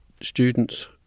students